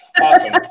Awesome